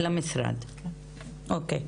או.קיי.